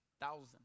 thousand